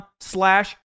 slash